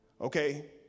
Okay